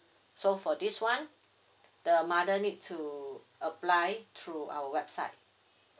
so for this one the mother need to apply through our website